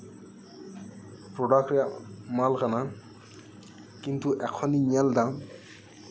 product ᱨᱮᱭᱟᱜ ᱢᱟᱞ ᱠᱟᱱᱟ ᱠᱤᱱᱛᱩ ᱮᱠᱷᱚᱱᱤᱧ ᱧᱮᱞ ᱮᱫᱟ